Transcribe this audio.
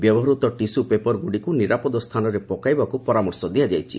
ବ୍ୟବହୂତ tissue ପେପରଗୁଡ଼ିକୁ ନିରାପଦ ସ୍ଥାନରେ ପକାଇବାକୁ ପରାମଶଁ ଦିଆଯାଇଛି